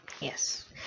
yes